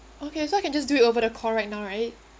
okay so I can just do it over the call right now right